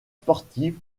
sportive